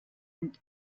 und